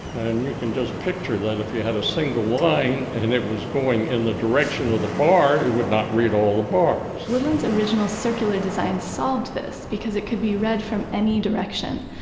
and you can just picture that if you had a single line and it was going in the direction of the bar, it would not read all the bars woodland's original circular design solved this because it could be read from any direction.